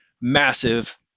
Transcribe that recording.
massive